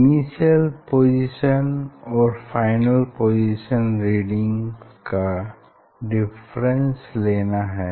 initial position और final position reading का difference लेना है